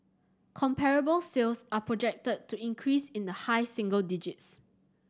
comparable sales are projected to increase in the high single digits